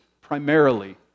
primarily